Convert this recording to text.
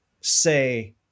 say